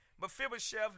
Mephibosheth